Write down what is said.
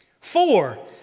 Four